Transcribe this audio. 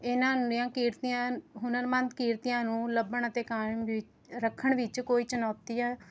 ਇਹਨਾ ਨੂੰ ਕਿਰਤੀਆਂ ਹੁਨਰਮੰਦ ਕਿਰਤੀਆਂ ਨੂੰ ਲੱਭਣ ਅਤੇ ਕੰਮ ਵਿੱਚ ਰੱਖਣ ਵਿੱਚ ਕੋਈ ਚੁਣੌਤੀਆਂ